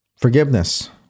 Forgiveness